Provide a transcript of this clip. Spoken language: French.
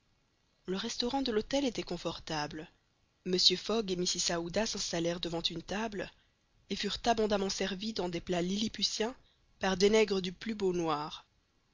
le restaurant de l'hôtel était confortable mr fogg et mrs aouda s'installèrent devant une table et furent abondamment servis dans des plats lilliputiens par des nègres du plus beau noir